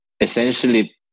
essentially